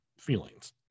feelings